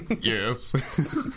Yes